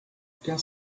aucun